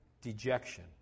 dejection